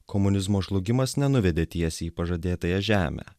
komunizmo žlugimas nenuvedė tiesiai į pažadėtąją žemę